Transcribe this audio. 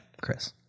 chris